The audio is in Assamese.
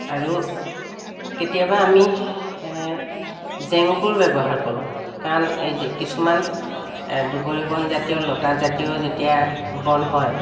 আৰু কেতিয়াবা আমি জেং কোৰ ব্যৱহাৰ কৰোঁ কাৰণ এই যে কিছুমান দুবৰিবন জাতীয় লতা জাতীয় যেতিয়া বন হয়